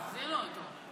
תחזיר לו את זה.